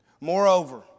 Moreover